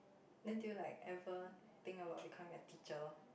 then do you like ever think about becoming a teacher